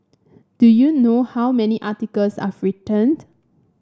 do you know how many articles I've written